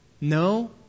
No